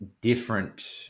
different